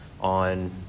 on